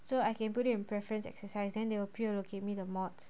so I can put it in preference exercise then they will pre-allocate me the mods